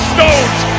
Stones